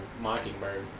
Mockingbird